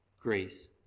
Grace